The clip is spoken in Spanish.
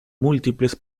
múltiples